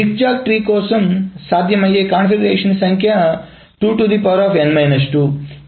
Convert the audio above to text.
zigzag tree కోసం సాధ్యమయ్యే configuration సంఖ్య 2n 2